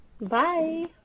Bye